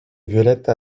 violettes